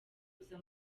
kuza